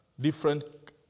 different